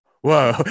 whoa